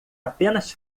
apenas